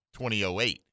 2008